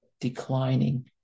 declining